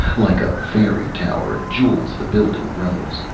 like a fairy tower of jewels the building rose.